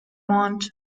want